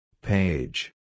Page